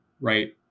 right